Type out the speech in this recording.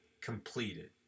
completed